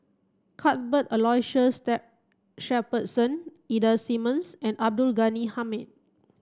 Cuthbert Aloysius Shepherdson Ida Simmons and Abdul Ghani Hamid